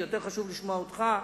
יותר חשוב לשמוע אותך,